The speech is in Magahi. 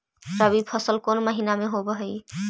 रबी फसल कोन महिना में होब हई?